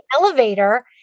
elevator